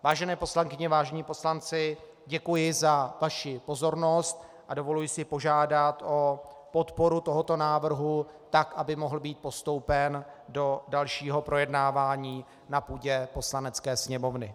Vážené poslankyně, vážení poslanci, děkuji za vaši pozornost a dovoluji si požádat o podporu tohoto návrhu, tak aby mohl být postoupen do dalšího projednávání na půdě Poslanecké sněmovny.